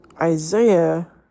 Isaiah